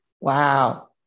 Wow